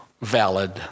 valid